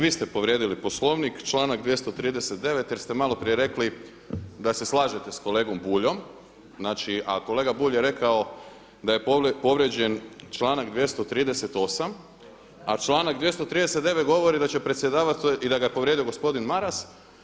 Vi ste povrijedili Poslovnik članak 239. jer ste malo prije rekli da se slažete sa kolegom Buljom, znači a kolega Bulj je rekao da je povrijeđen članak 238. a članak 239. govori da će predsjedavati i da ga je povrijedio gospodin Maras.